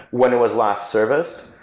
when it was last serviced,